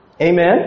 Amen